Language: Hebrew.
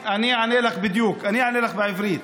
בדיוק מה זה לעזוב בית, לעבור מדינה,